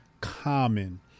common